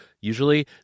usually